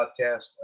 podcast